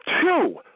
two